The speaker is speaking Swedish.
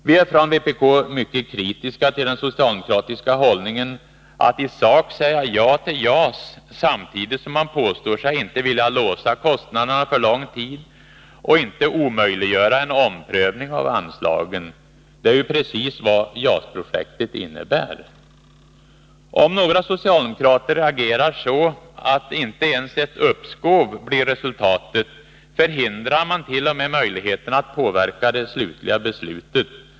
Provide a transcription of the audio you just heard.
Vi är från vpk mycket kritiska till den socialdemokratiska hållningen att i sak säga ja till JAS, samtidigt som man påstår sig inte vilja låsa kostnaderna för lång tid och inte omöjliggöra en omprövning av anslagen. Det är ju precis vad JAS-projektet innebär. Om några socialdemokrater agerar så att inte ens ett uppskov blir resultatet, eliminerar man t.o.m. möjligheterna att påverka det slutliga beslutet.